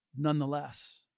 Nonetheless